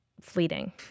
fleeting